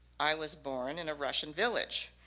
i was born in a russian village.